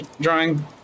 drawing